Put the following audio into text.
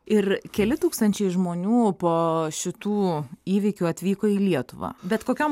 ir keli tūkstančiai žmonių po šitų įvykių atvyko į lietuvą bet kokiom